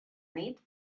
nit